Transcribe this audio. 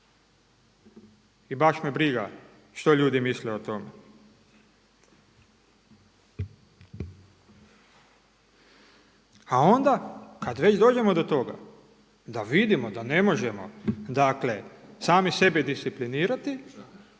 i baš me briga što ljudi misle o tome. A onda kada već dođemo do toga da vidimo da ne možemo dakle sami sebe disciplinirati